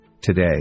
today